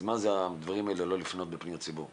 אז מה זה הדברים האלה לא לפנות בפניות ציבור?